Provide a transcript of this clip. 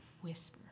whisper